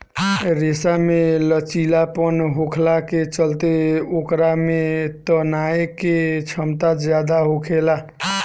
रेशा में लचीलापन होखला के चलते ओकरा में तनाये के क्षमता ज्यादा होखेला